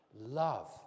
love